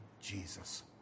Jesus